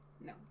No